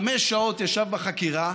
חמש שעות ישב בחקירה,